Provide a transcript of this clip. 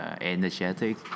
energetic